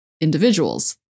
individuals